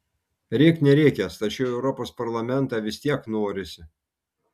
rėk nerėkęs tačiau į europos parlamentą vis tiek norisi